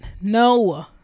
no